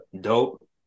Dope